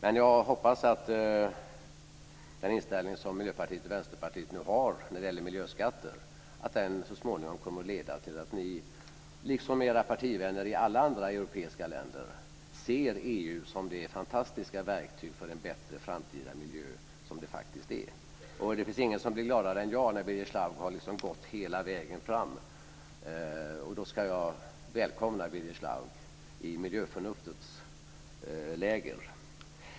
Men jag hoppas att den inställning som Miljöpartiet och Vänsterpartiet nu har när det gäller miljöskatter så småningom kommer att leda till att ni, liksom era partivänner i alla andra europeiska länder, ser EU som det fantastiska verktyg för en bättre framtida miljö som det faktiskt är. Det finns ingen som är gladare än jag när Birger Schlaug har gått hela vägen fram. Då ska jag välkomna Birger Schlaug i miljöförnuftets läger.